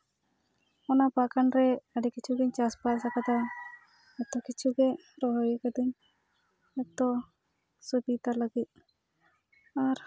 ᱚᱱᱟ ᱵᱟᱜᱟᱱ ᱨᱮ ᱟᱹᱰᱤ ᱠᱤᱪᱷᱩ ᱜᱤᱧ ᱪᱟᱥᱵᱟᱥ ᱟᱠᱟᱫᱟ ᱡᱚᱛᱚ ᱠᱤᱪᱷᱩ ᱜᱮ ᱨᱚᱦᱚᱭ ᱟᱠᱟᱫᱟᱹᱧ ᱦᱮᱸᱛᱚ ᱥᱩᱵᱤᱫᱟ ᱞᱟᱹᱜᱤᱫ ᱟᱨ